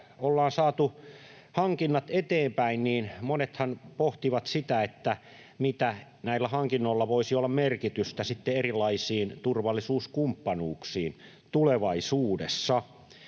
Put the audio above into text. ollaan saatu hankinnat eteenpäin, niin monethan pohtivat sitä, mitä merkitystä näillä hankinnoilla voisi olla sitten erilaisissa turvallisuuskumppanuuksissa tulevaisuudessa.